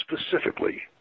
specifically